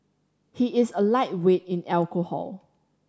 he is a lightweight in alcohol